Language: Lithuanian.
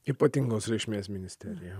ypatingos reikšmės ministerija